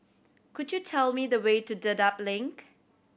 could you tell me the way to Dedap Link